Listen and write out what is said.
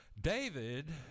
David